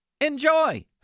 enjoy